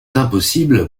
impossible